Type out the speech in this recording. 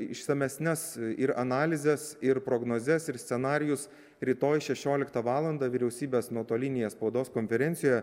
išsamesnes ir analizes ir prognozes ir scenarijus rytoj šešioliktą valandą vyriausybės nuotolinėje spaudos konferencijoje